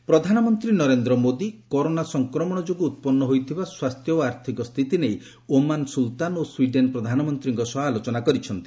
PM discussion ପ୍ରଧାନମନ୍ତ୍ରୀ Narendra Modi corona ସଂକ୍ରମଣ ଯୋଗୁଁ ଉତ୍ପନ୍ନ ହୋଇଥିବା ସ୍ୱାସ୍ଥ୍ୟ ଓ ଆର୍ଥିକ ସ୍ଥିତି ନେଇ ଓମାନ୍ ସ୍କୁଲତାନ ଓ ସ୍ୱୀଡେନ୍ ପ୍ରଧାନମନ୍ତ୍ରୀଙ୍କ ସହ ଆଲୋଚନା କରିଛନ୍ତି